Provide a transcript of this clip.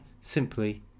simply